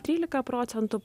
trylika procentų